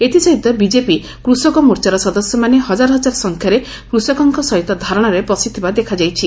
ଏଥିସହିତ ବିଜେପି କୃଷକ ମୋର୍ଚ୍ଚାର ସଦସ୍ୟମାନେ ହଜାର ହଜାର ସଂଖ୍ୟାରେ କୃଷକଙ୍କ ସହିତ ଧାରଣାରେ ବସିଥିବା ଦେଖାଯାଇଛି